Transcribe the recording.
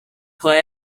play